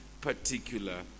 particular